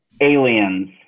Aliens